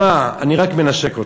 תשמע, אני רק מנשק אותך.